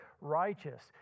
righteous